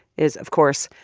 is, of course,